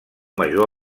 major